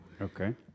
Okay